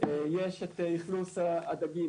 יש את אכלוס הדגים,